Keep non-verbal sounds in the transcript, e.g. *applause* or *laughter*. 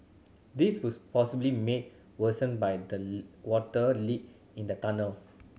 this was possibly made worse by the *unintelligible* water leak in the tunnel